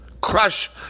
crush